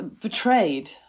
betrayed